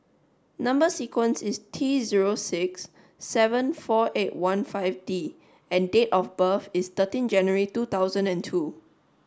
number sequence is T zero six seven four eight one five D and date of birth is thirteen January two thousand and two